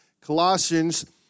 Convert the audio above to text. Colossians